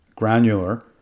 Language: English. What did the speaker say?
granular